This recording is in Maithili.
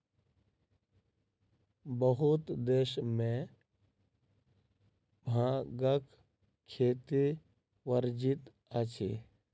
बहुत देश में भांगक खेती वर्जित अछि